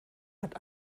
hat